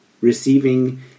receiving